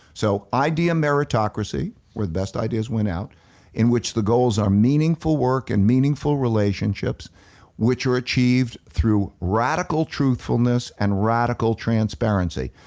so idea meritocracy where the best ideas win out in which the goals are meaningful work and meaningful relationships which are achieved through radical truthfulness and radical transparency.